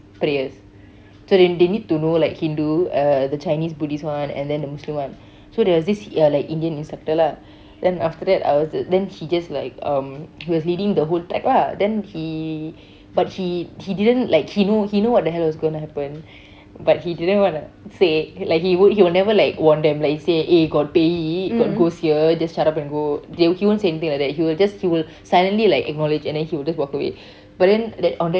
prayers so then they need to know like hindu uh the chinese buddhist one and then the muslim one so there was this uh like indian instructor lah then after that I was just then he just like um he was leading the whole pack lah then he but he he didn't like he know he know what the hell was going to happen but he didn't want to say like he he would never like warn them like he say eh got பேய்:pey got ghost here just shut up and go they he won't say anything like that he will just he will silently like acknowledge and then he will just walk away but then on that day right